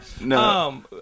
No